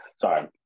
sorry